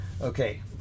Okay